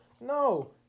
No